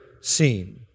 seen